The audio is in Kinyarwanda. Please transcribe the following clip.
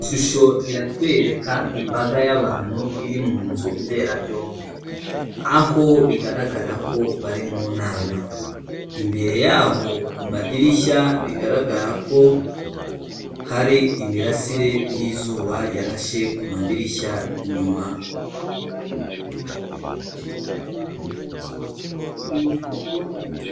Ishusho iratwereka imbaga y'abantu iri mu nzu mberabyombi, aho bigaragara ko bari mu nama, imbere yaho ku madirishya bigaragara ko hari imirasire y'izuba yarashe ku madirishya inyuma.